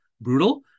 brutal